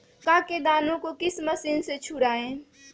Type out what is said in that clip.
मक्का के दानो को किस मशीन से छुड़ाए?